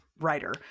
writer